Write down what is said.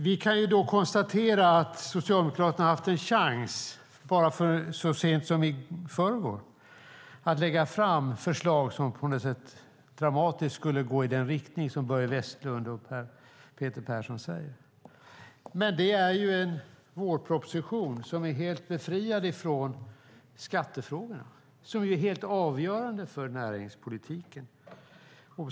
Vi kan konstatera att Socialdemokraterna haft en chans så sent som i förrgår att lägga fram förslag som på något sätt dramatiskt skulle gå i den riktning som Börje Vestlund och Peter Persson talar om. Det är ett förslag till vårproposition som är helt befriad från skattefrågorna, som är helt avgörande för näringspolitiken.